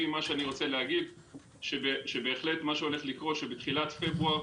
מה שאני רוצה להגיד הוא שבהחלט מה שהולך לקרות הוא שבתחילת פברואר